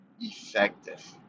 effective